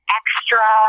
extra